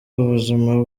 ubuzima